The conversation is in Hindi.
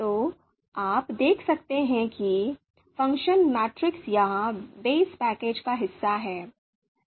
तो आप देख सकते हैं कि फ़ंक्शन मैट्रिक्स यहाँ बेस पैकेज का हिस्सा है